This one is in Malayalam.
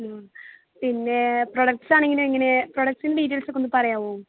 മ് പിന്നേ പ്രൊഡക്റ്റ്സ് ആണെങ്കിൽ എങ്ങനെ പ്രൊഡക്ട്സിൻ്റെ ഡീറ്റെയിൽസ് ഒക്കെ ഒന്ന് പറയാമോ